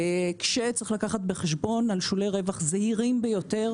יש לקחת בחשבון על שולי רווח זעירים ביותר